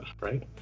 right